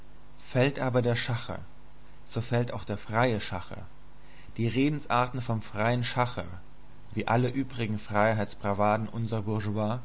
fällt aber der schacher so fällt auch der freie schacher die redensarten vom freien schacher wie alle übrigen freiheitsbravaden unserer